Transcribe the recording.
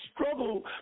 struggle